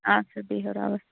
اَدٕ سا بِہِو رۄبَس حوال